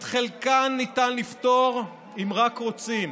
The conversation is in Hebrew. את חלקן ניתן לפתור, אם רק רוצים,